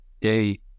day